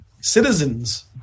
citizens